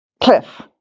Cliff